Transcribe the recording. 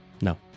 No